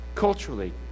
culturally